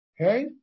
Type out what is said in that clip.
Okay